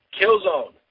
Killzone